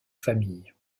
famille